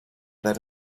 that